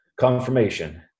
confirmation